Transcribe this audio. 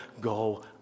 go